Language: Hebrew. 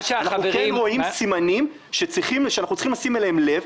אנחנו כן רואים סימנים שאנחנו צריכים לשים אליהם לב,